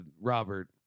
Robert